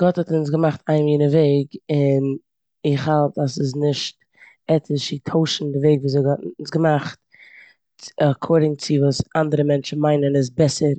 גאט האט אונז געמאכט איין מינע וועג און איך האלט אז ס'איז נישט עטיש צו טוישן די וועג וויאזוי גאט האט אונז געמאכט עקארדינג צו וואס אנדערע מענטשן מיינען איז בעסער